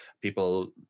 people